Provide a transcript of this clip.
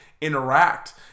interact